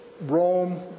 Rome